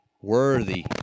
worthy